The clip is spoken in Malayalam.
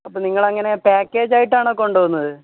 അപ്പോള് നിങ്ങളങ്ങനെ പാക്കേജായിട്ടാണോ കൊണ്ടുപോകുന്നത്